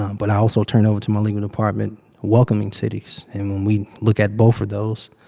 um but i also turned over to my legal department welcoming cities. and when we look at both of those,